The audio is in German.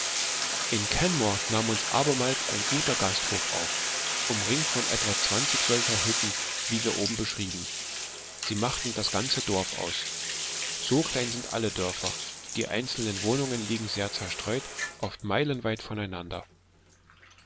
in kenmore nahm uns abermals ein guter gasthof auf umringt von etwa zwanzig solcher hütten wie wir oben beschrieben sie machten das ganze dorf aus so klein sind alle dörfer die einzelnen wohnungen liegen sehr zerstreut oft meilenweit voneinander